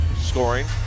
Scoring